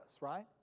right